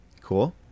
Cool